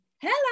hello